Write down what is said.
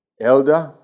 elder